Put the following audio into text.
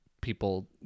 people